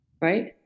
right